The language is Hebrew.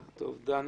דני,